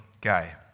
guy